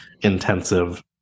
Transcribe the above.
intensive